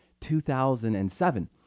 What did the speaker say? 2007